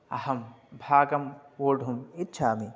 अहं भागं वोढुम् इच्छामि